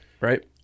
right